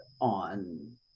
on